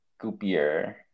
goopier